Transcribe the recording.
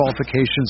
qualifications